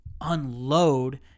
unload